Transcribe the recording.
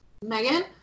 Megan